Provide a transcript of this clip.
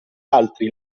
altri